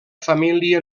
família